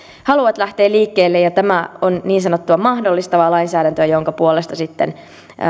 haluavat lähteä liikkeelle ja tämä on niin sanottua mahdollistavaa lainsäädäntöä joka puolestaan sitten